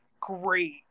great